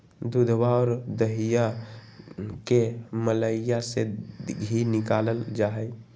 दूधवा और दहीया के मलईया से धी निकाल्ल जाहई